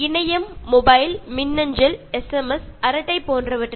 internet mobile email S M S chat എന്നിവ നോക്കൂ